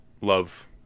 love